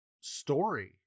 story